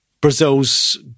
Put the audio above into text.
Brazil's